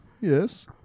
Yes